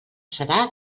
serà